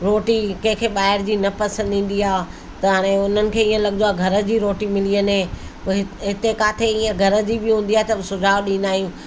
रोटी कंहिं खे ॿाहिरि जी न पसंदि ईंदी आहे त हाणे उन्हनि खे इयं लॻंदो आहे घर जी रोटी मिली वञे पोइ हि हिते काथे इयं घर जी बि हूंदी आहे त सुझाव ॾींदा आहियूं